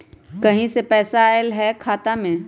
कहीं से पैसा आएल हैं खाता में?